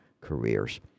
careers